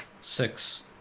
six